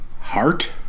Heart